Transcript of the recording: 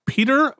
Peter